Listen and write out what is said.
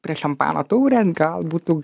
prie šampano taurę gal būtų